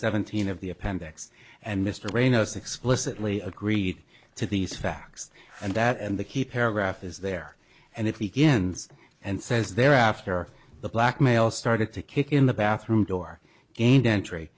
seventeen of the appendix and mr ramos explicitly agreed to these facts and that and the key paragraph is there and it weekends and says thereafter the black male started to kick in the bathroom door gained entry